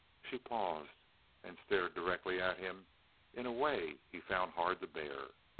she paused and stared directly at him in a way he found hard to bear.